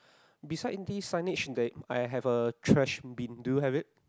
beside this signage there I have a trash bin do you have it